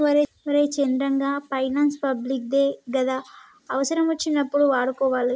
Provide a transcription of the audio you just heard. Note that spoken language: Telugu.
ఒరే చంద్రం, గా పైనాన్సు పబ్లిక్ దే గదా, అవుసరమచ్చినప్పుడు వాడుకోవాలె